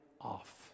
off